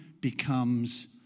becomes